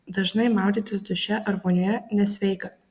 dažnai maudytis duše ar vonioje nesveika